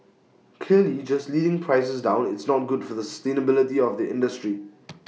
clearly just leading prices down it's not good for the sustainability of the industry